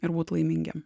ir būt laimingiem